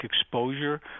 exposure